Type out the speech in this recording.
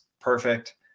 perfect